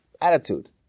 attitude